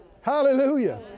Hallelujah